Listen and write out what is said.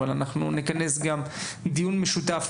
אנחנו נכנס גם דיון משותף